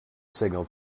signal